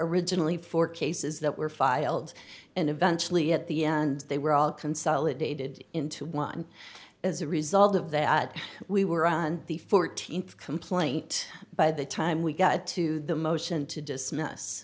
originally four cases that were filed and eventually at the end they were all consolidated into one as a result of that we were on the th complaint by the time we got to the motion to dismiss